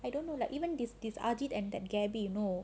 I don't know lah even this this ajeedh and that gabby you know